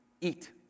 eat